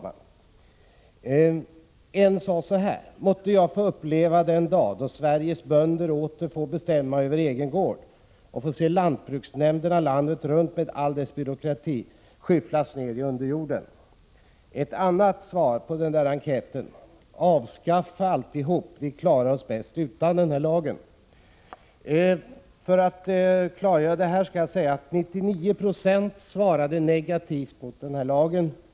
En jordbrukare sade: ”Måtte jag få uppleva den dag då Sveriges bönder åter får bestämma över egen gård och får se lantbruksnämnderna landet runt med all dess byråkrati skyfflas ned i underjorden.” Ett annat svar på enkäten var följande: ”Avskaffa alltihop, vi klarar oss bäst utan dom.” För att klargöra detta vill jag säga att 99 20 i enkäten var negativa mot denna lag.